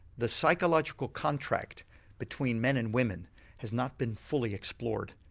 the psychological contract between men and women has not been fully explored.